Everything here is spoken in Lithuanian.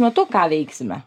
metu ką veiksime